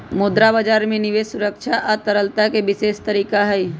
मुद्रा बजार में निवेश सुरक्षा आ तरलता के विशेष तरीका हई